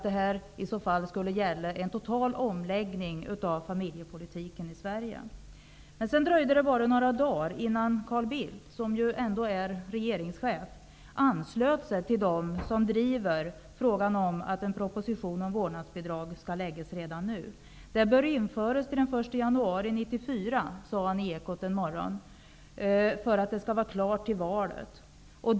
Det skulle i så fall ha varit fråga om en total omläggning av familjepolitiken i Sverige. Sedan dröjde det bara några dagar innan Carl Bildt, som ju ändå är regeringschef, anslöt sig till dem som driver att en proposition om ett vårdnadsbidrag skall läggas fram redan nu. Ett vårdnadsbidrag bör införas den 1 januari 1994, sade han i Ekot en morgon, för att det skall vara klart till nästa val.